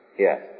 Yes